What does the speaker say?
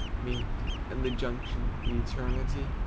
meet and the junction be eternity?